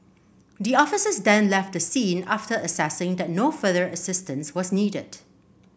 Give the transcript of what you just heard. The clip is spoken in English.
the officers then left the scene after assessing that no further assistance was needed